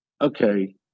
okay